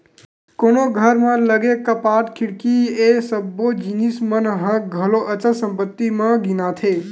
कोनो घर म लगे कपाट, खिड़की ये सब्बो जिनिस मन ह घलो अचल संपत्ति म गिनाथे